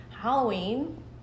Halloween